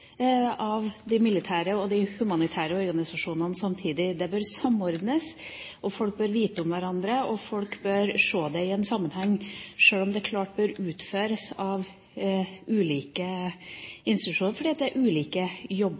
av det militære og de humanitære organisasjonene samtidig. Det bør samordnes, folk bør vite om hverandre, og folk bør se det i en sammenheng, sjøl om det klart bør utføres av ulike institusjoner, fordi det er ulike jobber